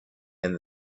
and